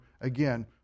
again